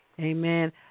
Amen